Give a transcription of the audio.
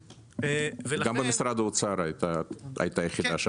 גם במשרד האוצר הייתה יחידה שעסקה בהכשרות.